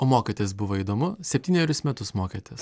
o mokytis buvo įdomu septynerius metus mokėtės